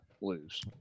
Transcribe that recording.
lose